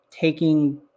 taking